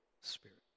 spirit